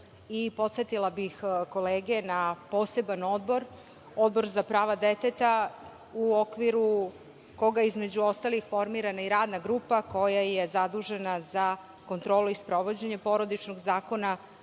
Podsetila bih kolege na poseban odbor, Odbor za prava deteta u okviru koga je, između ostalih, formirana i radna grupa koja je zadužena za kontrolu i sprovođenje Porodičnog zakona